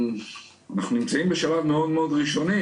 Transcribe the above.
אנחנו נמצאים בשלב מאוד ראשוני,